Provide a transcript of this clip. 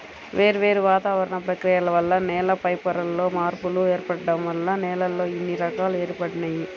వేర్వేరు వాతావరణ ప్రక్రియల వల్ల నేల పైపొరల్లో మార్పులు ఏర్పడటం వల్ల నేలల్లో ఇన్ని రకాలు ఏర్పడినియ్యి